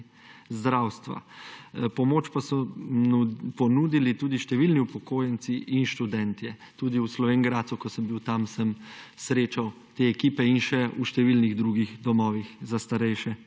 zdravstva. Pomoč pa so ponudili tudi številni upokojenci in študentje. Tudi v Slovenj Gradcu, ko sem bil tam, sem srečal te ekipe in še v številnih drugih domovih za starejše,